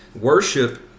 worship